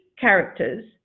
characters